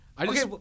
Okay